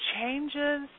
changes